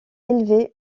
élevés